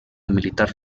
militar